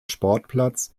sportplatz